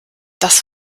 das